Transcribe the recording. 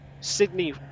Sydney